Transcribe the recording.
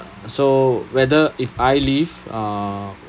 so whether if I leave uh